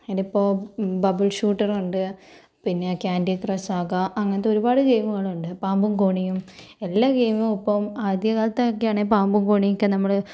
അതിലിപ്പോൾ ബബ്ബിൽ ഷൂട്ടറുണ്ട് പിന്നെ കാൻഡി ക്രഷ് സാഗ അങ്ങനത്തെ ഒരുപാട് ഗെയിമുകളുണ്ട് പാമ്പും കോണിയും എല്ലാം ഗെയിമും ഇപ്പം ആദ്യ കാലത്തൊക്കെയാണേൽ പാമ്പും കോണിയൊക്കെ നമ്മള്